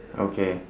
okay